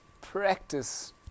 practice